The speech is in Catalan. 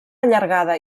allargada